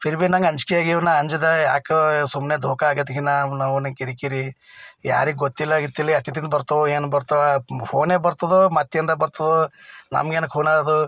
ಫಿರ್ ಭೀ ನಂಗೆ ಅಂಜಿಕೆಯಾಗೆ ನಾನು ಅಂಜಿದೆ ಯಾಕೆ ಸುಮ್ಮನೆ ದೋಖಾ ಆಗೋತ್ಕಿನ್ನ ಅವನ ಕಿರಿಕಿರಿ ಯಾರಿಗೆ ಗೊತ್ತಿಲ್ಲ ಗಿತ್ತಿಲ್ಲ ಯಾತಿತಿನ್ ಬರ್ತವೋ ಏನು ಬರ್ತವೋ ಫೋನೇ ಬರ್ತದೋ ಮತ್ತು ಏನಾದ್ರು ಬರ್ತದೋ ನಮ್ಗೇನಕ್ಕೆ ಪುನಃ ಅದು